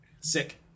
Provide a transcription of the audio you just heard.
Sick